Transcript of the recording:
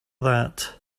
that